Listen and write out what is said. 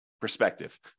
Perspective